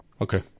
okay